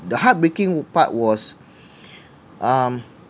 the heartbreaking part was um